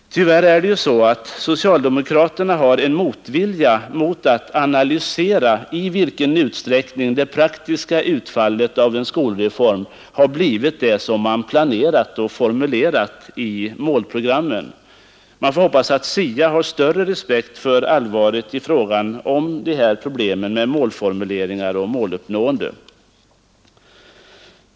Tyvärr är det ju så att socialdemokraterna har en motvilja mot att analysera i vilken utsträckning det praktiska utfallet av en skolreform har blivit det som man planerat och formulerat i målprogrammen. Man får hoppas att SIA har större respekt för allvaret i frågan om målformuleringar och måluppnående.